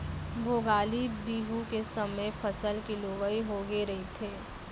भोगाली बिहू के समे फसल के लुवई होगे रहिथे